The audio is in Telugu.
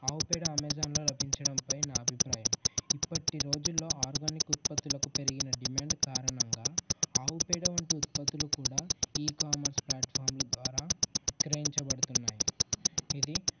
ఆవు పేడ అమెజాన్లో లభించడంపై నా అభిప్రాయం ఇప్పటి రోజుల్లో ఆర్గానిక్ ఉత్పత్తులకు పెరిగిన డిమాండ్ కారణంగా ఆవు పేడ వంటి ఉత్పత్తులు కూడా ఈ కామర్స్ ప్లాట్ఫామ్ల ద్వారా విక్రయించబడుతున్నాయి ఇది